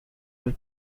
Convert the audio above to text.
the